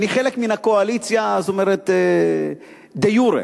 אני חלק מהקואליציה דה יורה,